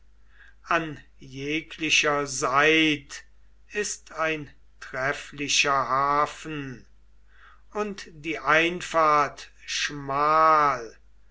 an jeglicher seit ist ein trefflicher hafen und die einfahrt schmal